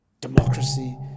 democracy